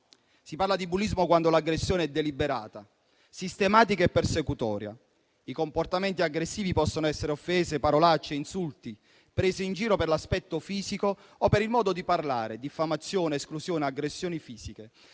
Si parla di bullismo quando l'aggressione è deliberata, sistematica e persecutoria; i comportamenti aggressivi possono essere offese, parolacce, insulti, prese in giro per l'aspetto fisico o per il modo di parlare, diffamazione, esclusione, aggressioni fisiche.